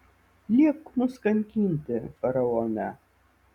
liepk mus kankinti faraone